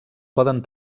poden